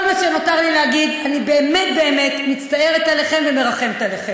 כל מה שנותר לי להגיד: אני באמת מצטערת עליכם ומרחמת עליכם.